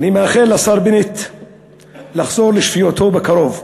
אני מאחל לשר בנט לחזור לשפיותו בקרוב.